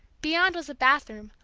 beyond was a bathroom,